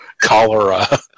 cholera